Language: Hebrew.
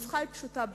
הנוסחה היא פשוטה.